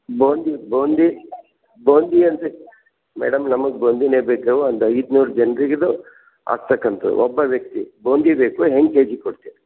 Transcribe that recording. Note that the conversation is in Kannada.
ಬೂಂದಿ ಬೂಂದಿ ಬೂಂದಿಯಂತೆ ಮೇಡಮ್ ನಮಗೆ ಬೂಂದಿನೇ ಬೇಕು ಒಂದು ಐದ್ನೂರು ಜನ್ರಿಗೆ ಇದು ಆಗ್ತಕ್ಕಂಥ ಒಬ್ಬ ವ್ಯಕ್ತಿ ಬೂಂದಿ ಬೇಕು ಹೆಂಗೆ ಕೆ ಜಿ ಕೊಡ್ತೀರಾ